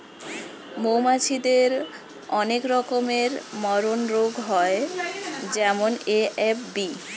মৌমাছিদের অনেক রকমের মারণরোগ হয় যেমন এ.এফ.বি